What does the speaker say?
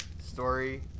story